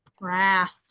Wrath